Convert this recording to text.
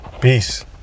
peace